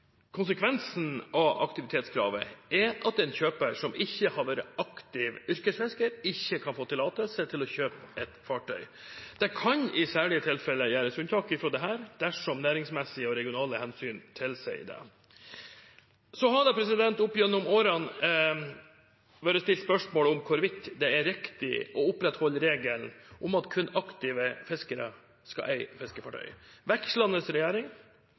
Konsekvensen av aktivitetskravet er at en kjøper som ikke har vært aktiv yrkesfisker, ikke kan få tillatelse til å kjøpe et fartøy. Det kan i særlige tilfeller gjøres unntak fra dette dersom næringsmessige og regionale hensyn tilsier det. Det har opp gjennom årene vært stilt spørsmål om hvorvidt det er riktig å opprettholde regelen om at kun aktive fiskere skal eie fiskefartøy.